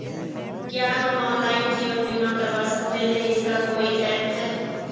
क्या हम ऑनलाइन जीवन बीमा करवा सकते हैं इसका कोई ऐप है?